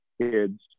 Kids